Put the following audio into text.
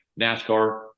NASCAR